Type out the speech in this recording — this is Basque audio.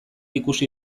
ikusi